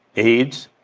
aids,